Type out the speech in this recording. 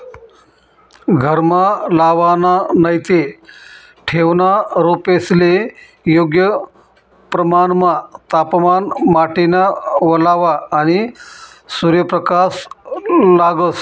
घरमा लावाना नैते ठेवना रोपेस्ले योग्य प्रमाणमा तापमान, माटीना वल्लावा, आणि सूर्यप्रकाश लागस